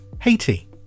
haiti